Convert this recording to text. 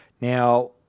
Now